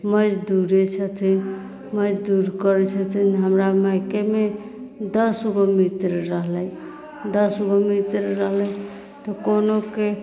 मजदूरे छथिन मजदूरी करैत छथिन हमरा मायकेमे दस गो मित्र रहलै दस गो मित्र रहलै तऽ कोनोके